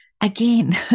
Again